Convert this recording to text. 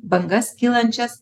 bangas kylančias